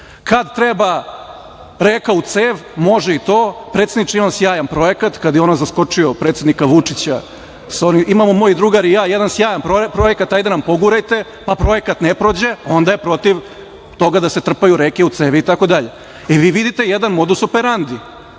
Kada treba reka u cev može i to. Predsedniče, imam sjajan projekat - kada je ono zaskočio predsednika Vučića - imamo moj drugar i ja jedan sjajan projekat, ajde nam progurajte, pa projekat ne prođe onda je protiv toga da se trpaju reke u cevi itd. I vi vidite jedan modus operandi,